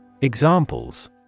Examples